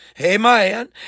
Amen